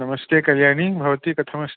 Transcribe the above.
नमस्ते कल्याणी भवती कथमस्ति